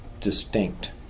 distinct